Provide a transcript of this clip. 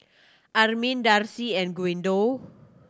Armin Darcy and Guido